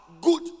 good